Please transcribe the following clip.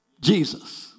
Jesus